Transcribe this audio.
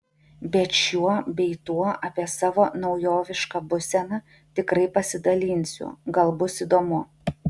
bet šiuo bei tuo apie savo naujovišką būseną tikrai pasidalinsiu gal bus įdomu